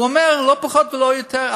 לא פחות ולא יותר,